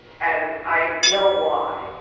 and i know why.